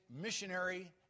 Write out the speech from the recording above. missionary